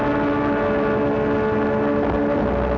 or